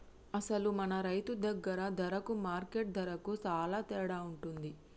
అసలు మన రైతు దగ్గర ధరకు మార్కెట్ ధరకు సాలా తేడా ఉంటుంది